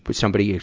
but somebody,